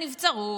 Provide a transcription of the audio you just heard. הנבצרות,